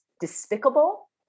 despicable